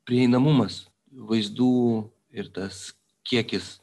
prieinamumas vaizdų ir tas kiekis